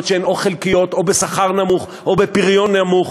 שהן או חלקיות או בשכר נמוך או בפריון נמוך,